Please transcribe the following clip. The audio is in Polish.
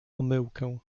omyłkę